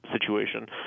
situation